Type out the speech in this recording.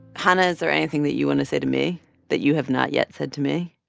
hanna, is there anything that you want to say to me that you have not yet said to me